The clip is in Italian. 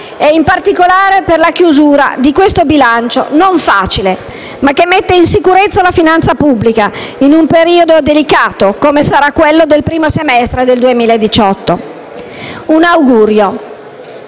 e in particolare per la chiusura di questo bilancio non facile, ma che mette in sicurezza la finanza pubblica in un periodo delicato, come sarà il primo semestre del 2018. Ho un augurio: